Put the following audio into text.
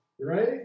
Right